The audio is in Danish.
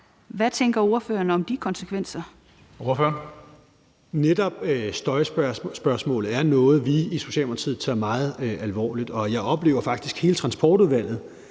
Hønge): Ordføreren. Kl. 17:28 Rasmus Prehn (S): Netop støjspørgsmålet er noget, vi i Socialdemokratiet tager meget alvorligt. Og jeg oplever faktisk, at hele Transportudvalget